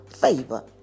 favor